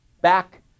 back